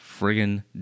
friggin